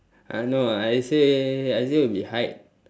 I know I'd say I'd say will be height